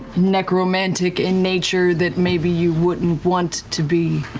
necromantic in nature that maybe you wouldn't want to be